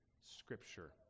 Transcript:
scripture